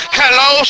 hello